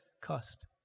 cost